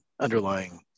underlying